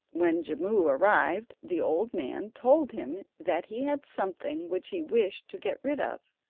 when jimmu arrived, the old man told him that he had something which he wished to get rid of,